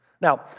Now